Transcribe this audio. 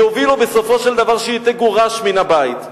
יובילו בסופו של דבר לכך שהיא תגורש מן הבית.